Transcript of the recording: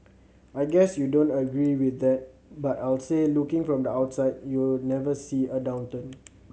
I guess you don't agree with that but I'll say looking from the outside you never see a downturn